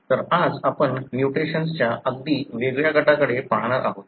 तर आज आपण म्युटेशन्सच्या अगदी वेगळ्या गटाकडे पाहणार आहोत